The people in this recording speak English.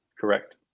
Correct